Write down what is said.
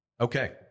Okay